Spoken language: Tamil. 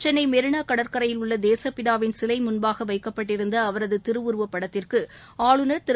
சென்னைமெரினாகடற்கரையில் உள்ளதேசப்பிதாவின் சிலைமுன்பாகவைக்கப்பட்டிருந்தஅவரதுதிருவுருவப் படத்திற்கு ஆளுநர் திரு